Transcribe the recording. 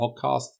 Podcast